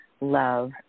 love